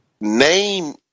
name